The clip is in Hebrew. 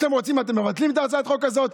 כשאתם רוצים אתם מבטלים את הצעת החוק הזאת.